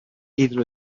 either